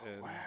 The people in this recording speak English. wow